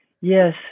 Yes